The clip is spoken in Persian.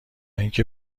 اینکه